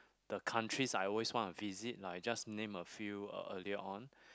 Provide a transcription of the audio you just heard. the countries I always want to visit like I just named a few uh earlier on